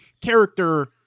character